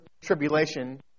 tribulation